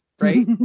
right